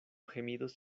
gemidos